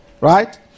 right